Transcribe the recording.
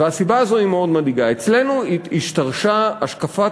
והיא מאוד מדאיגה: השתרשה אצלנו השקפת